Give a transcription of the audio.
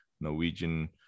Norwegian